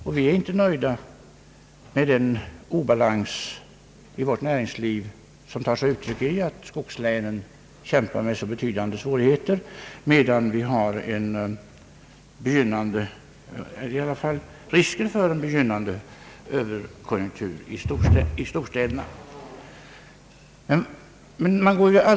Och vi är inte nöjda med den obalans i vårt näringsliv som tar sig uttryck i att skogslänen kämpar med så betydande svårigheter, medan det i varje fall finns risk för en begynnande överkonjunktur i storstäderna.